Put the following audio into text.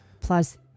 plus